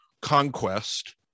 conquest